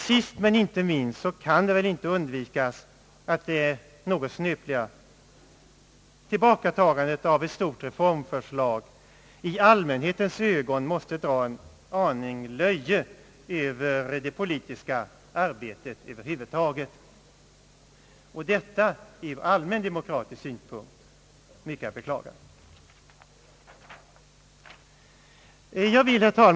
För det fjärde kan det väl inte undvikas att det något snöpliga tillbakatagandet av ett stort reformförslag i allmänhetens ögon måste dra en aning löje över det politiska arbetet över huvud taget, och detta är ur allmän demokratisk synpunkt mycket att beklaga.